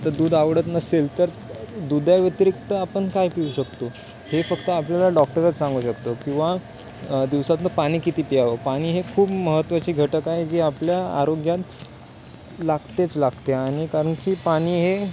त दूध आवडत नसेल तर दूधाव्यतिरिक्त आपण काय पिऊ शकतो हे फक्त आपल्याला डॉक्टरच सांगू शकतो किंवा दिवसातनं पाणी किती प्यावं पाणी हे खूप महत्वाची घटक आहे जी आपल्या आरोग्यात लागतेच लागते आणि कारण की पाणी हे